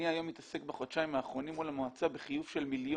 אני היום מתעסק בחודשיים האחרונים מול המועצה בחיוב של מיליונים.